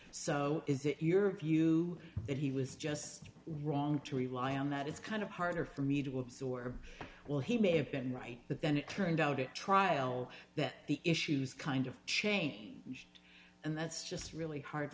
so is it your view that he was just wrong to rely on that it's kind of harder for me to absorb well he may have been right but then it turned out it trial that the issues kind of changed and that's just really hard